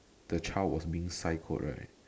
the child was being psycho right